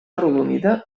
arrodonida